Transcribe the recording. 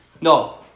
No